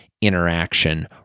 interaction